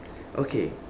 okay